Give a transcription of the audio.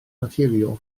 naturiol